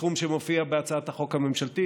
לסכום שמופיע בהצעת החוק הממשלתית.